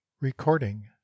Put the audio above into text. Recording